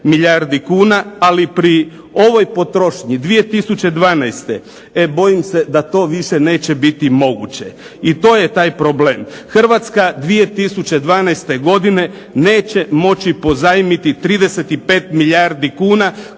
ali pri ovoj potrošnji 2012. e bojim se da to više neće biti moguće. I to je taj problem. Hrvatska 2012. godine neće moći pozajmiti 35 milijardi kuna